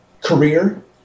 career